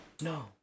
No